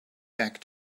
back